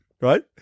right